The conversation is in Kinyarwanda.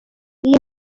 iyi